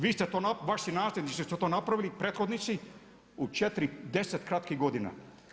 Vi ste to, vaši nasljednici su to napravili, prethodnici u 4 deset kratkih godina.